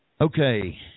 Okay